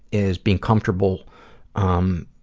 is being comfortable um.